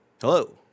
Hello